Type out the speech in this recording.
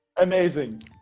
Amazing